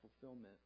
fulfillment